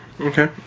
okay